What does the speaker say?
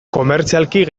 komertzialki